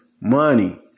Money